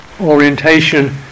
orientation